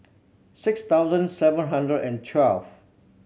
six thousand seven hundred and twelve